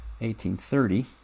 1830